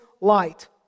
light